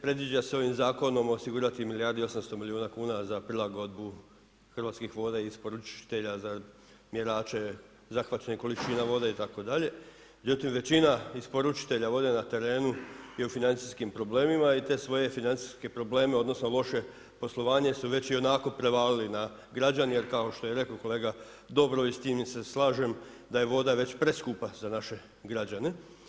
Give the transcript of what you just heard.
Predviđa se ovim zakonom osigurati milijardu i 800 milijuna kuna za prilagodbu Hrvatskih voda isporučitelja za mjerače zahvaćenih količina vode itd., međutim većina isporučitelja voda na terenu je u financijskim problemima i te svoje financijske probleme odnosno loše poslovanje su već ionako prevalili na građane jer kao što je rekao kolega Dobrović i s time se slažem da je voda već preskupa za naše građane.